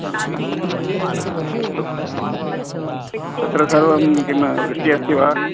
हा अस्तु तत्र सर्वं किं वृष्टिः अस्ति वा